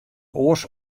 oars